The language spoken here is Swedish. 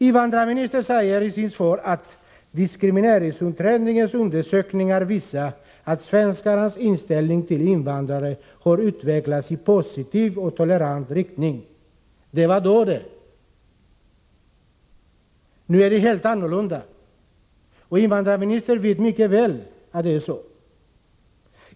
Invandrarministern säger i sitt svar att diskrimineringsutredningens undersökningar visar att svenskarnas inställning till invandrare har utvecklats i positiv och tolerant riktning. Det var då det! Nu är det helt annorlunda. Invandrarministern vet mycket väl att det är så.